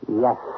Yes